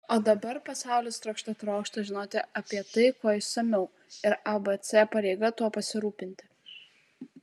o dabar pasaulis trokšte trokšta žinoti apie tai kuo išsamiau ir abc pareiga tuo pasirūpinti